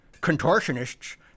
contortionists